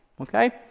okay